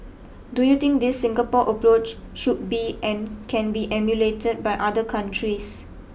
do you think this Singapore approach should be and can be emulated by other countries